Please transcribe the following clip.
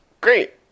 great